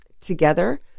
together